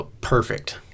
perfect